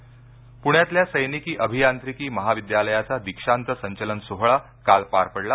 parade प्रण्यातल्या सैनिकी अभियांत्रिकी महाविद्यालयाचा दीक्षांत संचलन सोहळा काल पार पडला